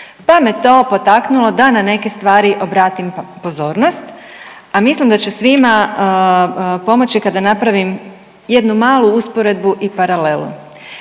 pa me to potaknulo da na neke stvari obratim pozornost, a mislim da će svima pomoći kada napravim jednu malu usporedbu i paralelu.